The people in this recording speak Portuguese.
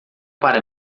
para